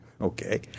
Okay